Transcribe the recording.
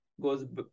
goes